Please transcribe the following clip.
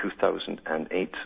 2008